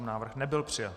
Návrh nebyl přijat.